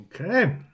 okay